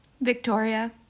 Victoria